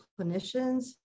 clinicians